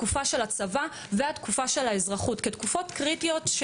תקופת הצבא ותקופת האזרחות כתקופות קריטיות,